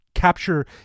Capture